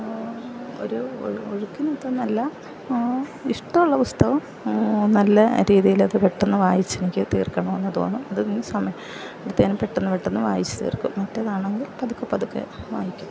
ഒരു ഒരു ഒഴുക്കിനൊത്ത് എന്നല്ല ഇഷ്ടമുള്ള പുസ്തകം നല്ല രീതിയിൽ അത് പെട്ടെന്ന് വായിച്ചു എനിക്ക് തീർക്കണമെന്ന് തോന്നും അത് മീൻസ് നമ്മൾ പ്പത്തേനും പെട്ടെന്ന് പെട്ടെന്ന് വായിച്ചു തീർക്കും മറ്റേത് ആണെങ്കിൽ പതുക്കെ പതുക്കെ വായിക്കും